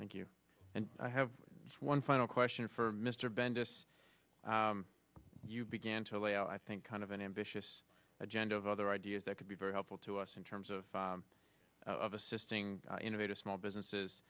way thank you and i have one final question for mr bendis you began to lay out i think kind of an ambitious agenda of other ideas that could be very helpful to us in terms of of assisting innovative small businesses